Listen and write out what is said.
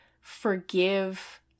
forgive